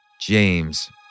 James